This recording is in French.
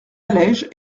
allège